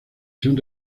sean